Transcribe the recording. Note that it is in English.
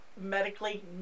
medically